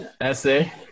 Essay